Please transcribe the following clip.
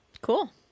Cool